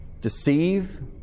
deceive